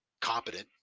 competent